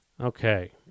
Okay